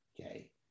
Okay